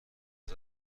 ازت